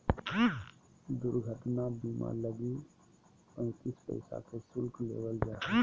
दुर्घटना बीमा लगी पैंतीस पैसा के शुल्क लेबल जा हइ